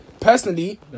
personally